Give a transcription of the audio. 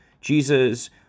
Jesus